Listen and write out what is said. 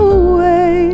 away